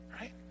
Right